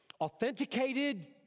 authenticated